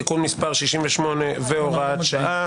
תיקון מס' 68 והוראת שעה).